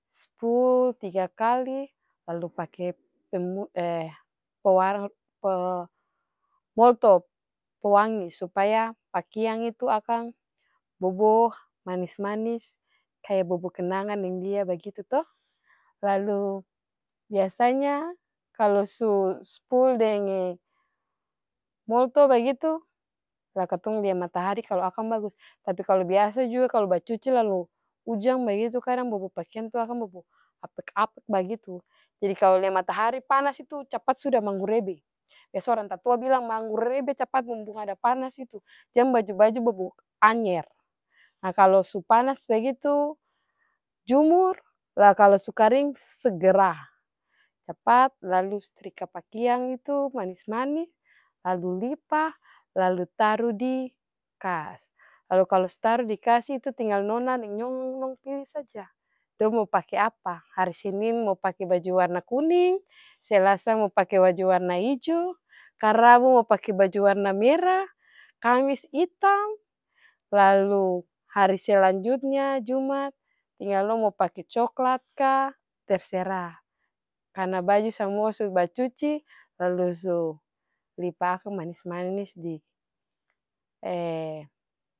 Spul tiga kali baru pak molto pewangi supaya pakiang itu akang bobo manis-manis kaya bobo kenangan deng dia bagitu to. Lalu biasanya kalu su-spul denge molto bagitu lah katong lia matahari kalu akang bagus. Tapi biasa jua kalu bacuci lalu ujang bagitu kadang bobo pakiang tuh akang bobo apek-apek bagitu. Jadi kalu lia matahari panas itu capat suda manggurebe, biasa orang tatua bilang manggurebe capat mumpung ada panas itu jang baju-baju bobo anyer. Nah kalu su panas bagitu jumur la kalu su karing segera, capat lalu strika pakiang itu manis-manis, lalu lipa, lalu taru di kas. Lalu kalu su taru di kas itu tinggal nono deng nyong dong pili saja, dong mo pake apa, hari senin mo pake baju warna kuning, selasa mo pake baju warna ijo ka rabu mo pake baju warna mera, kamis itam, lalu hari selanjutnya jumat tinggal dong mo pake coklat ka terserah karna baju samua su bacuci lalu su lipa akang manis-manis di.